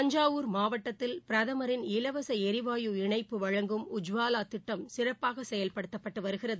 தஞ்சாவூர் மாவட்டத்தில் பிரதமரின் இலவச எரிவாயு இணைப்பு வழங்கும் உஜ்வாலா திட்டம் சிறப்பாக செயல்படுத்தப்பட்டு வருகிறது